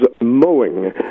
mowing